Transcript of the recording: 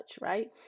right